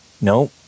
no